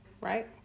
right